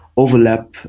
overlap